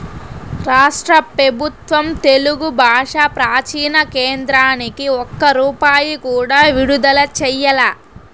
రాష్ట్ర పెబుత్వం తెలుగు బాషా ప్రాచీన కేంద్రానికి ఒక్క రూపాయి కూడా విడుదల చెయ్యలా